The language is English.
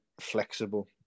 flexible